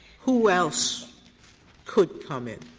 who else could come in?